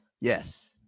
Yes